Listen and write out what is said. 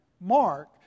Mark